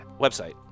website